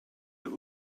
der